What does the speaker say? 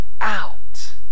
out